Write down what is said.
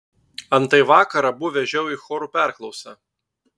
antai vakar abu vežiau į chorų perklausą